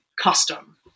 custom